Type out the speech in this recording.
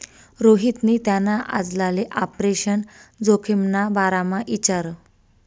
रोहितनी त्याना आजलाले आपरेशन जोखिमना बारामा इचारं